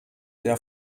der